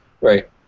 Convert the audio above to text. Right